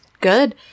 good